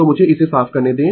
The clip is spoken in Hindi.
तो मुझे इसे साफ करने दें